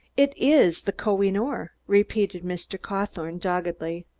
it is the koh-i-noor, repeated mr. cawthorne doggedly.